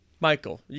Michael